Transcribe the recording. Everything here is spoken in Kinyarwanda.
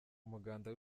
umuganda